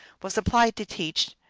was applied to teach,